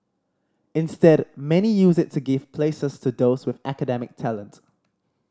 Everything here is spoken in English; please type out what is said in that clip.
instead many use it to give places to those with academic talent